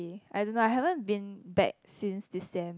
I don't know I haven't been back since this sem